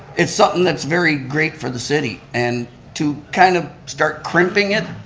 it's something that's very great for the city, and to kind of start crimping it,